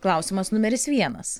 klausimas numeris vienas